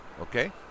Okay